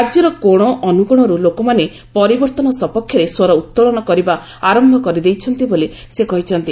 ରାଜ୍ୟର କୋଣ ଅନୁକୋଶରୁ ଲୋକମାନେ ପରିବର୍ତ୍ତନ ସପକ୍ଷରେ ସ୍ୱର ଉଭୋଳନ କରିବା ଆରମ୍ଭ କରିଦେଇଛନ୍ତି ବୋଲି ସେ କହିଛନ୍ତି